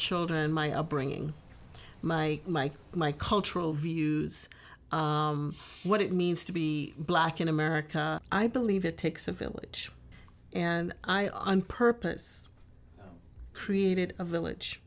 children my upbringing my my my cultural views what it means to be black in america i believe it takes a village and i on purpose created a village